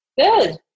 Good